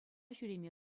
ҫӳреме